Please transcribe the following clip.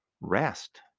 rest